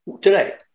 today